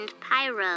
Pyro